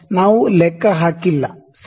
ನಾವು ಲೆಕ್ಕ ಹಾಕಿಲ್ಲ ಸರಿ